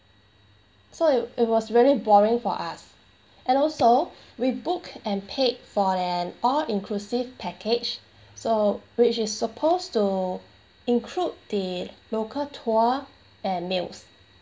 so it it was very boring for us and also we booked and paid for an all inclusive package so which is suppose to include the local tour and meals